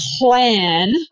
plan